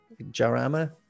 Jarama